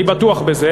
אני בטוח בזה,